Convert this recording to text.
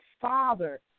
Father